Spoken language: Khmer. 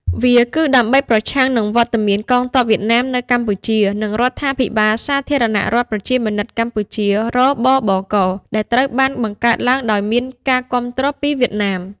វាគឺដើម្បី ប្រឆាំងនឹងវត្តមានកងទ័ពវៀតណាមនៅកម្ពុជា និងរដ្ឋាភិបាលសាធារណរដ្ឋប្រជាមានិតកម្ពុជា រ.ប.ប.ក. ដែលត្រូវបានបង្កើតឡើងដោយមានការគាំទ្រពីវៀតណាម ។